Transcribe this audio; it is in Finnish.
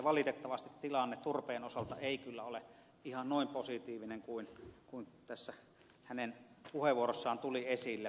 valitettavasti tilanne turpeen osalta ei kyllä ole ihan noin positiivinen kuin tässä hänen puheenvuorossaan tuli esille